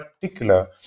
particular